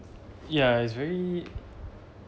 ya it's very